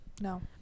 No